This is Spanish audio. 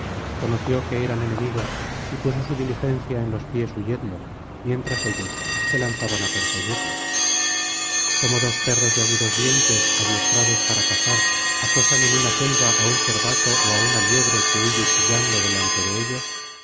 conoció que eran enemigos y puso su diligencia en los pies huyendo mientras ellos se lanzaban á perseguirle como dos perros de agudos dientes adiestrados para cazar acosan en una selva á un cervato ó á una liebre que huye chillando delante de ellos